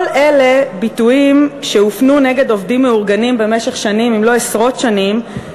כל אלה ביטויים שהופנו נגד עובדים מאורגנים במשך שנים אם לא עשרות שנים,